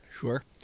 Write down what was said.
Sure